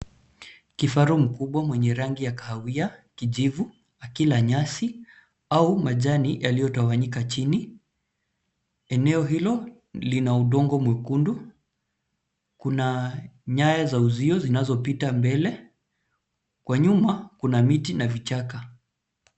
Kifaru mkubwa mwenye rangi ya kahawia kijivu akila nyasi au majani yaliyotawanyika chini. Eneo hilo lina udongo mwekundu. Kuna nyaya za uzio zinazopita mbele. Kwa nyuma, kuna miti na vichaka.